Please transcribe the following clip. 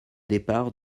départ